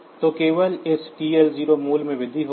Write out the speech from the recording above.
तो केवल इस TL0 मूल्य में वृद्धि होगी